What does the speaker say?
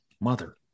mother